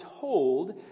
told